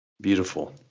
Beautiful